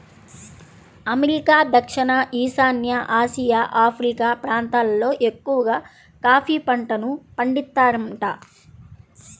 America, దక్షిణ ఈశాన్య Asia, Africa ప్రాంతాలల్లో ఎక్కవగా కాఫీ పంటను పండిత్తారంట